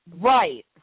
right